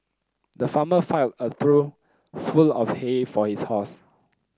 the farmer filled a trough full of hay for his horse